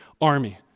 army